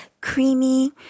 creamy